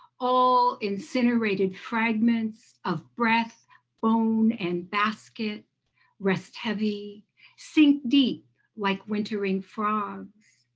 all incinerated fragments of breath bone and basket rest heavy sink deep like wintering frogs.